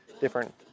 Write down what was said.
different